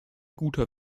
guter